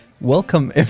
Welcome